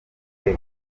muri